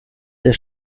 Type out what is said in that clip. der